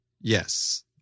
Yes